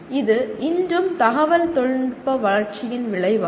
இது இன்றும் தகவல் தொழில்நுட்ப வளர்ச்சியின் விளைவாகும்